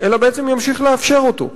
אלא בעצם ימשיך לאפשר אותה.